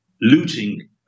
looting